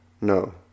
No